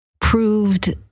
proved